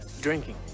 Drinking